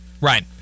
Right